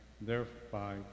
thereby